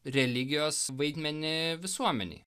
religijos vaidmenį visuomenėj